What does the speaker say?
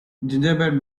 gingerbread